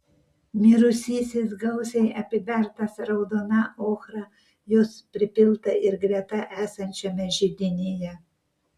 mirusysis gausiai apibertas raudona ochra jos pripilta ir greta esančiame židinyje